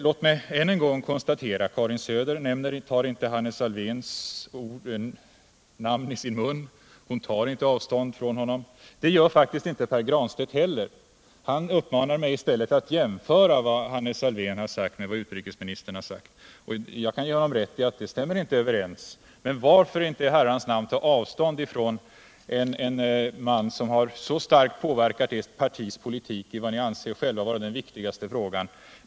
Låt mig än en gång konstatera att Karin Söder inte tar Hannes Alfvéns namn i sin mun. Hon tar inte avstånd från hans uttalande. Det gör faktiskt inte Pär Granstedt heller. Han uppmanar mig i stället att jämföra vad Hannes Alfvén har sagt med vad utrikesministern har sagt. Jag kan ge honom rätt i att det inte stämmer överens. Men varför inte ta avstånd från en man som så starkt har påverkat ert partis politik i vad ni själva anser vara den viktigaste frågan?